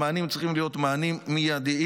המענים צריכים להיות מענים מיידיים,